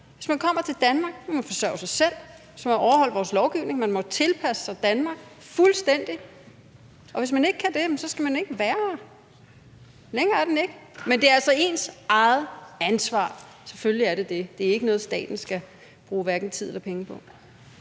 Hvis man kommer til Danmark, må man forsørge sig selv, man skal overholde vores lovgivning, man må tilpasse sig Danmark fuldstændig. Og hvis man ikke kan det, skal man ikke være her. Længere er den ikke. Men det er altså ens eget ansvar. Selvfølgelig er det det. Det er ikke noget, som staten skal bruge hverken tid eller penge på.